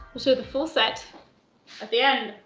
so the full set at the end.